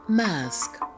Mask